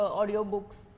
audiobooks